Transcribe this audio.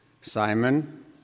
Simon